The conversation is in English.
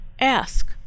ask